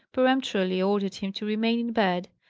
peremptorily ordered him to remain in bed.